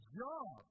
job